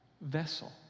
vessel